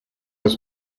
das